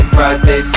Friday